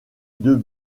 deux